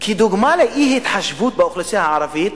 כדוגמה לאי-התחשבות באוכלוסייה הערבית,